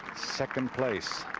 second place.